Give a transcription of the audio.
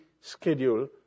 schedule